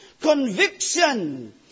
Conviction